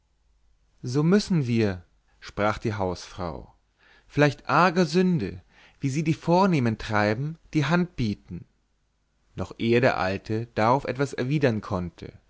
so müssen wir sprach die hausfrau vielleicht arger sünde wie sie die vornehmen treiben die hand bieten noch ehe der alte darauf etwas erwidern konnte